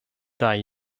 die